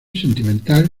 sentimental